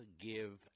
give